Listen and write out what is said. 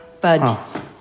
Bud